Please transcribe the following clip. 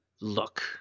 look